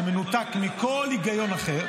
שמנותק מכל היגיון אחר,